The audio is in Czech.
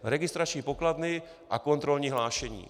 Registrační pokladny a kontrolní hlášení.